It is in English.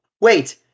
wait